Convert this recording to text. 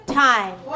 time